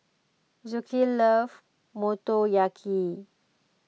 love Motoyaki